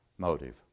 motive